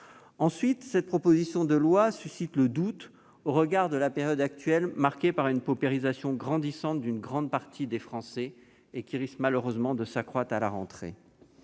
Ensuite, cette proposition de loi suscite le doute au regard de la période actuelle marquée par une paupérisation grandissante d'une grande partie des Français. Le phénomène risque malheureusement de s'accroître à la rentrée.